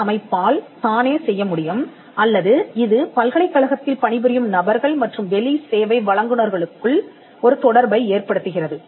இந்த அமைப்பால் தானே செய்ய முடியும் அல்லது இது பல்கலைக்கழகத்தில் பணிபுரியும் நபர்கள் மற்றும் வெளி சேவை வழங்குனர்களுக்குள் ஒரு தொடர்பை ஏற்படுத்துகிறது